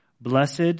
blessed